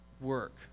work